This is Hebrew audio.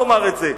לומר את זה: